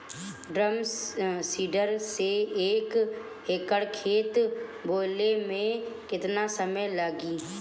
Drum seeder से एक एकड़ खेत बोयले मै कितना समय लागी?